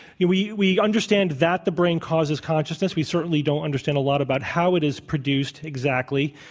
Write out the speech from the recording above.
you we we understand that the brain causes consciousness. we certainly don't understand a lot about how it is produced exactly.